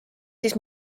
siis